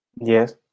Yes